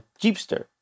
Jeepster